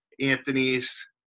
Anthony's